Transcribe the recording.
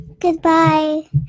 Goodbye